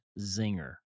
Zinger